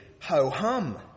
ho-hum